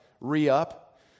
re-up